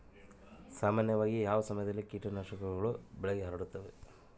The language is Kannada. ಸಾಮಾನ್ಯವಾಗಿ ಯಾವ ಸಮಯದಲ್ಲಿ ಕೇಟನಾಶಕಗಳು ಬೆಳೆಗೆ ಹರಡುತ್ತವೆ?